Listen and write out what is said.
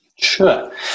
Sure